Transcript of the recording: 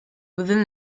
within